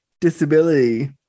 disability